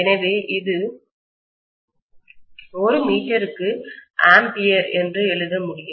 எனவே இதை ஒரு மீட்டருக்கு ஆம்பியர் என்று எழுத முடியும்